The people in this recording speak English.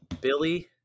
Billy